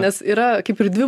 nes yra kaip ir dvi